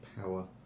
power